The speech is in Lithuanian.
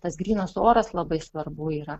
tas grynas oras labai svarbu yra